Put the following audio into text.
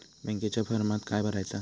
बँकेच्या फारमात काय भरायचा?